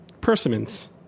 persimmons